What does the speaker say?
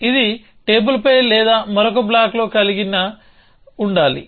ఇది టేబుల్పై లేదా మరొక బ్లాక్లో ఏదైనా కలిగి ఉండాలి